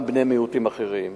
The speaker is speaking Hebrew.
גם בני מיעוטים אחרים.